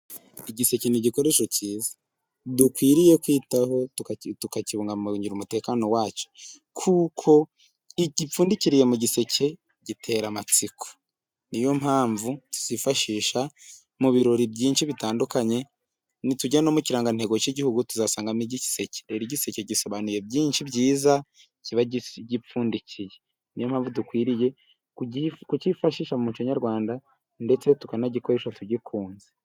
Igiseke ni igikoreshasho cyiza dukwiriye kwitaho tukakibungabungira umutekano wacyo, kuko igipfundikiriye mu giseke gitera amatsiko, ni yo mpamvu tukifashisha mu birori byinshi bitandukanye ,nitujya no mu kirangantego cy'Igihugu tuzahasanga igiseke ,rero igiseke gisobanuye byinshi byiza, kiba gipfundikiye ni yo mpamvu dukwiriye kukifashisha mu muco nyarwanda, ndetse tukanagikoresha tugikunze.